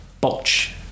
botch